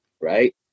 right